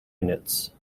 units